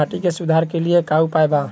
माटी के सुधार के लिए का उपाय बा?